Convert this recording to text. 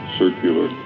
circular